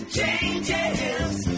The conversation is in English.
Changes